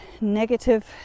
negative